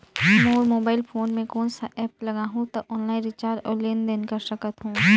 मोर mobile phone मे कोन सा एप्प लगा हूं तो ऑनलाइन रिचार्ज और लेन देन कर सकत हू?